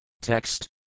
TEXT